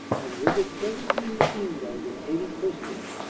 and with it seventeen machine guns and eighty prisoners.